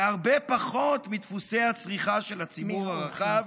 והרבה פחות מדפוסי הצריכה של הציבור הרחב,